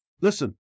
Listen